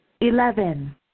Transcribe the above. Eleven